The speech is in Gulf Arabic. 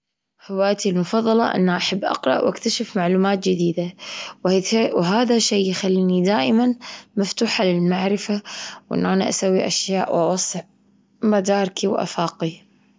هوايتي المفضلة أنه أحب أقرأ وأكتشف معلومات جديدة، وهذ- شي- وهذا شيء يخليني دائما مفتوحة للمعرفة وإنه أنا أسوي أشياء وأوسع مداركي وأفاقي.